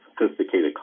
sophisticated